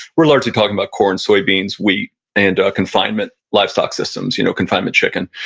we're largely talking about corn, soybeans, wheat and confinement livestock systems, you know confinement chicken,